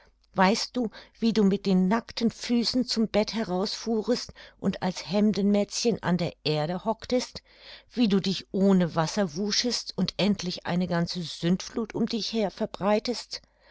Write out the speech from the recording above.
weißt du wie du mit den nackten füßen zum bett heraus fuhrest und als hemdenmätzchen an der erde hocktest wie du dich ohne wasser wuschest und endlich eine ganze sündfluth um dich her verbreitest